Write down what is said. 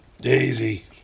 Daisy